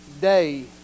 day